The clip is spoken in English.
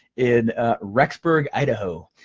in rexburg, idaho,